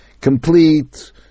complete